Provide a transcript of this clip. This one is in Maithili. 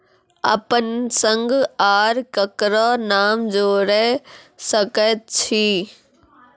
अपन संग आर ककरो नाम जोयर सकैत छी?